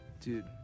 Dude